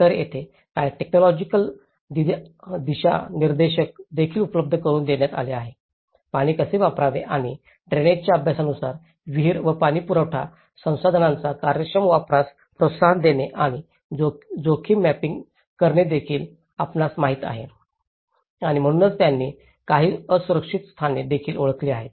तर तेथे काही टेक्नॉलॉजिकल दिशानिर्देश देखील उपलब्ध करुन देण्यात आले आहेत पाणी कसे वापरावे आणि ड्रेनेजच्या अभ्यासानुसार विहिरी व पाणीपुरवठा संसाधनांच्या कार्यक्षम वापरास प्रोत्साहन देणे आणि जोखीम मॅपिंग करणे देखील आपणास माहित आहे आणि म्हणूनच त्यांनी काही असुरक्षित स्थाने देखील ओळखली आहेत